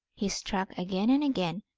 he struck again and again,